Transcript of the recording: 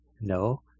no